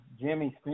Jimmy